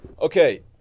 Okay